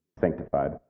sanctified